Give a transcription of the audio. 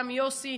גם יוסי,